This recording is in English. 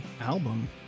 album